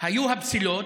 היו הפסילות,